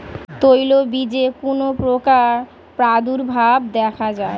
তৈলবীজে কোন পোকার প্রাদুর্ভাব দেখা যায়?